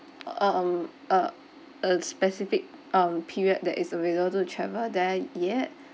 um a a specific um period that is available to travel there yet